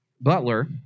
Butler